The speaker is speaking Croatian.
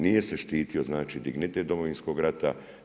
Nije se štitio znači dignitet Domovinskog rata.